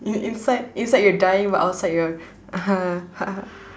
in in inside you're dying but outside you're ha ha ha